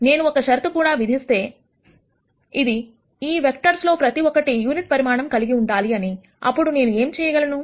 నేను ఒక షరతు కూడా విధిస్తే అది ఈ వెక్టర్స్ లో ప్రతి ఒక్కటి యూనిట్ పరిమాణం కలిగి ఉండాలి అనిఅప్పుడు నేను ఏమి చేయగలను